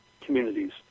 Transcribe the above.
communities